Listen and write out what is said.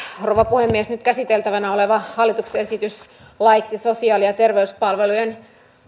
rouva puhemies nyt on käsiteltävänä hallituksen esitys laiksi sosiaali ja terveyspalvelujen